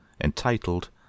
entitled